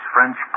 French